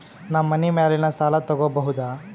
ನಾ ಮನಿ ಮ್ಯಾಲಿನ ಸಾಲ ತಗೋಬಹುದಾ?